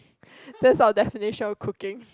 that's our definition of cooking